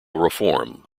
reform